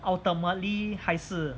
ultimately 还是